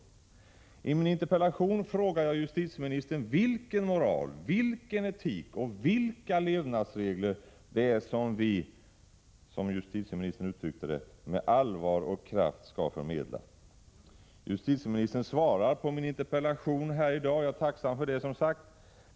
I min interpellation frågar jag justitieministern vilken moral, vilken etik och vilka levnadsregler det är som vi — som justitieministern uttryckte det — med allvar och kraft skall förmedla. Justitieministern svarar på min interpellation här i dag, och jag är tacksam för det som sagts.